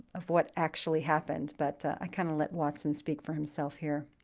of what actually happened, but i kind of let watson speak for himself here.